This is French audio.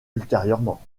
ultérieurement